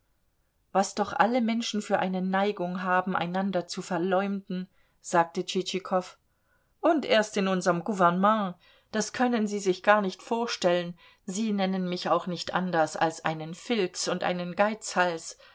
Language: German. was doch alle menschen für eine neigung haben einander zu verleumden sagte tschitschikow und erst in unserem gouvernement das können sie sich gar nicht vorstellen sie nennen mich auch nicht anders als einen filz und einen geizhals